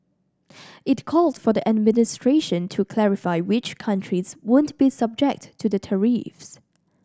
it called for the administration to clarify which countries won't be subject to the tariffs